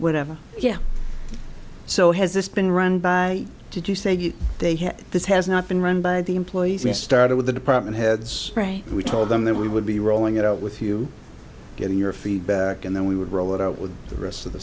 whatever yeah so has this been run by did you say they have this has not been run by the employees or started with the department heads right we told them that we would be rolling it out with you getting your feedback and then we would roll it out with the rest of the